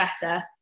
better